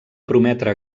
prometre